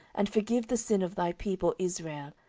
and forgive the sin of thy people israel,